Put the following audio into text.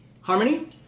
Harmony